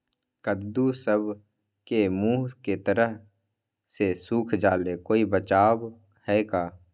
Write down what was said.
कददु सब के मुँह के तरह से सुख जाले कोई बचाव है का?